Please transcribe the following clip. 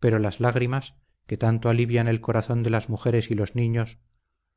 pero las lágrimas que tanto alivian el corazón de las mujeres y los niños